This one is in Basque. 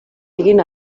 egin